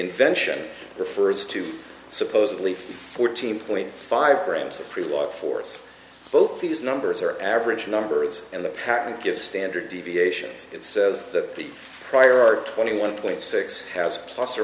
invention refers to supposedly fourteen point five grams of pre war force both these numbers are average numbers and the patent gives standard deviations it says that the prior art twenty one point six has plus or